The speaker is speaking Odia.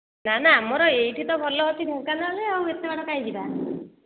ନା ନା ଆମର ଏଇଠି ତ ଭଲ ଅଛି ଢେଙ୍କାନାଳରେ ଆଉ ଏତେ ବାଟ କାଇଁ ଯିବା